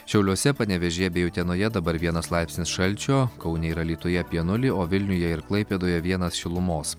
šiauliuose panevėžyje bei utenoje dabar vienas laipsnis šalčio kaune ir alytuje apie nulį o vilniuje ir klaipėdoje vienas šilumos